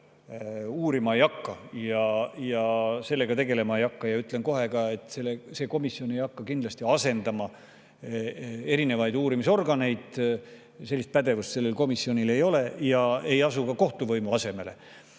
ja sellega tegelema ei hakka. Ütlen kohe, et see komisjon ei hakka kindlasti asendama erinevaid uurimisorganeid – sellist pädevust sellel komisjonil ei ole – ja ei asu ka kohtuvõimu asemele.